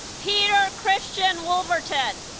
peter ah christian woolverton